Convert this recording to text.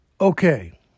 okay